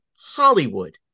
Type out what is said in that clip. Hollywood